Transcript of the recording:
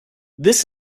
this